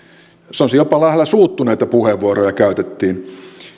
sanoisin jopa lähellä suuttuneita puheenvuoroja käytettiin